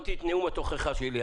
לא לחינם נאמתי את נאום התוכחה שלי.